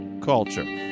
culture